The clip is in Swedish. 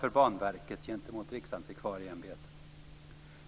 för Banverket gentemot Riksantikvarieämbetet.